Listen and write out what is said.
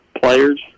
players